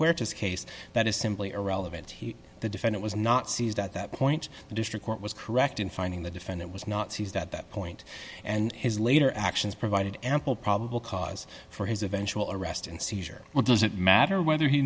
where it is case that is simply irrelevant here the defend it was not seized at that point the district court was correct in finding the defendant was not seized at that point and his later actions provided ample probable cause for his eventual arrest and seizure well doesn't matter whether he